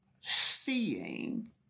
seeing